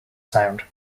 sound